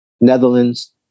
Netherlands